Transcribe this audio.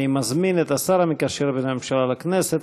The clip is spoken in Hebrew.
אני מזמין את השר המקשר בין הממשלה לכנסת,